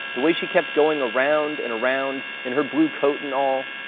the way she kept going around and around, in her blue coat and all.